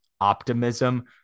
optimism